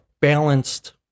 balanced